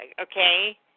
Okay